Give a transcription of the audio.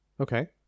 Okay